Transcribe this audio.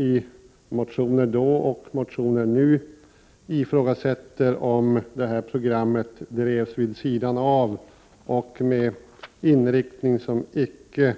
I motioner från det året och motioner från i år ifrågasätter man om detta program drevs vid sidan om och med en inriktning som icke